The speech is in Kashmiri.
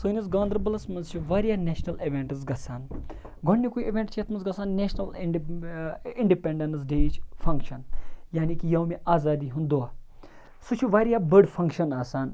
سٲنِس گاندَربَلَس مَنٛز چھِ واریاہ نیشنَل اِونٹِس گَژھان گۄڈنیُکوے اِونٹ چھُ یَتھ مَنٛز گَژھان نیشنَل انڈِ اِنڈِپنڈیٚنس ڈے یِچ فَنٛکشَن یعنی کہِ یومِ آزادی ہُنٛد دوہ سُہ چھُ واریاہ بٔڑ فَنٛکشَن آسان